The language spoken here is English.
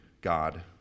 God